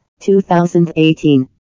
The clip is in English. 2018